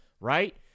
Right